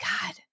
God